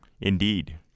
Indeed